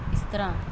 ਬਿਸਤਰਾ